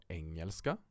engelska